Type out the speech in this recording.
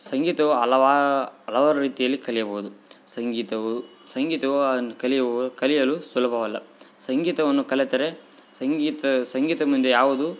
ಸಂಗೀತವು ಹಲವು ಹಲವಾರು ರೀತಿಯಲ್ಲಿ ಕಲಿಯಬಹುದು ಸಂಗೀತವು ಸಂಗೀತವು ಕಲಿಯಬೋದು ಕಲಿಯಲು ಸುಲಭವಲ್ಲ ಸಂಗೀತವನ್ನು ಕಲಿತರೆ ಸಂಗೀತ ಸಂಗೀತ ಮುಂದೆ ಯಾವುದು